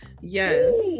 Yes